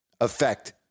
affect